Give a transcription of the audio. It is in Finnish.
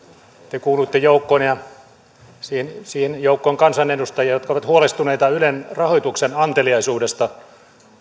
te kuuluitte siihen joukkoon kansanedustajia jotka olivat huolestuneita ylen rahoituksen anteliaisuudesta